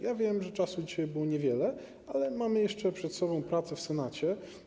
Ja wiem, że czasu dzisiaj było niewiele, ale mamy jeszcze przed sobą pracę w Senacie.